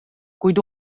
kuid